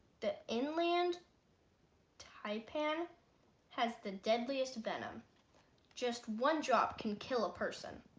the inland taipan has the deadliest venom just one drop can kill a person